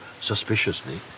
suspiciously